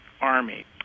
army